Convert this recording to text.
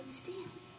stand